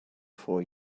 for